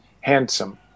handsome